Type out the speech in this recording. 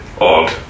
odd